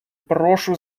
прошу